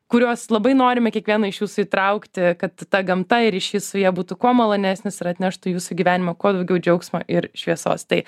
kuriuos labai norime kiekvieną iš jūsų įtraukti kad ta gamta ir ryšys su ja būtų kuo malonesnis ir atneštų į jūsų gyvenimą kuo daugiau džiaugsmo ir šviesos tai